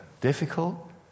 difficult